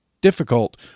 difficult